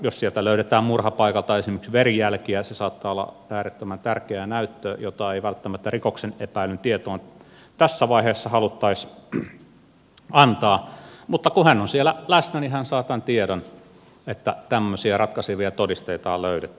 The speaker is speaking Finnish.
jos sieltä murhapaikalta löytyy esimerkiksi verijälkiä se saattaa olla äärettömän tärkeä näyttö jota ei välttämättä rikoksesta epäillyn tietoon tässä vaiheessa haluttaisi antaa mutta kun hän on siellä läsnä niin hän saa tämän tiedon että tämmöisiä ratkaisevia todisteita on löydetty